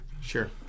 Sure